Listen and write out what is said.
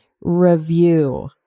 review